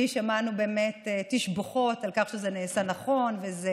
כי שמענו באמת תשבחות על כך שזה נעשה נכון וזה